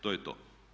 To je to.